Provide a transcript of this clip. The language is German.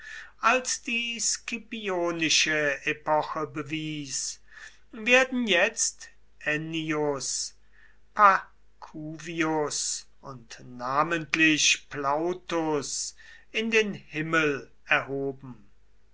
als die scipionische epoche bewies werden jetzt ennius pacuvius und namentlich plautus in den himmel erhoben